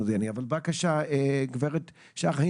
גברת שחר,